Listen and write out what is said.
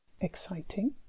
Exciting